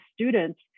students